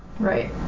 Right